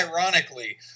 ironically